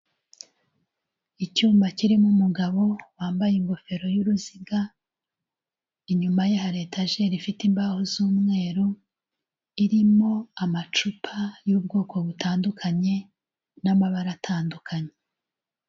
Icyumba kirimo umugabo wambaye ingofero y'uruziga, inyuma ye hari etajeri ifite imbaho z'umweru, irimo amacupa y'ubwoko butandukanye n'amabara atandukanye.